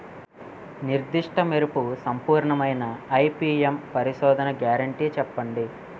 నిర్దిష్ట మెరుపు సంపూర్ణమైన ఐ.పీ.ఎం పరిశోధన గ్యారంటీ చెప్పండి?